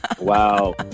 wow